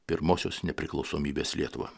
pirmosios nepriklausomybės lietuvą